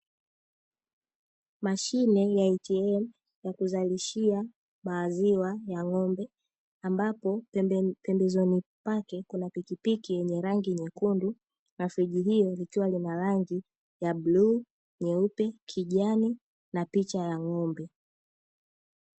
Mashine ya "ATM" ya kuzalishia maziwa ya ng'ombe ambapo pembezoni pake kuna pikipiki yenye rangi nyekundu na na friji hilo likiwa na rangi ya bluu, nyeupe, kijani na picha ya ng'ombe.